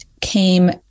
came